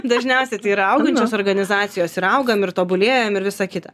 dažniausiai tai yra augančios organizacijos ir augam ir tobulėjam ir visa kita